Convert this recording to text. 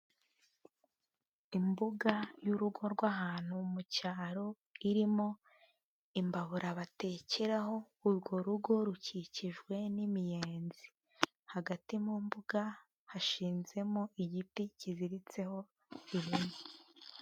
Imbuga y'urugo rw'ahantu mu cyaro, irimo imbabura batekeraho, urwo rugo rukikijwe n'imiyenzi. Hagati mu mbuga hashinzemo, igiti kiziritseho ihene.